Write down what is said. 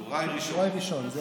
טוראי ראשון.